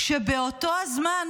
כשבאותו הזמן